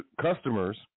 customers